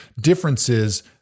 differences